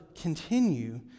continue